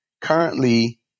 currently